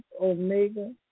Omega